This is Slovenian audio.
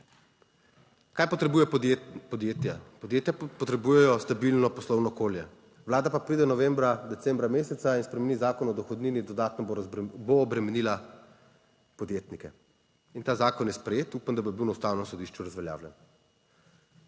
Kaj potrebujejo podjetja? Podjetja potrebujejo stabilno poslovno okolje. Vlada pa pride novembra, decembra meseca in spremeni Zakon o dohodnini dodatno obremenila podjetnike. In ta zakon je sprejet. Upam, da bo bil na Ustavnem sodišču razveljavljen.